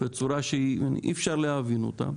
בצורה שאי אפשר להבין אותה,